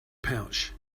pouch